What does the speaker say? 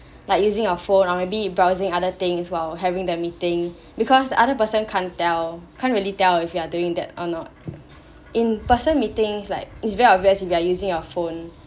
like using your phone or maybe browsing other things while having the meeting because other person can't tell can't really tell if you are doing that or not in person meetings like it's very obvious if you are using your phone